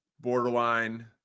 borderline –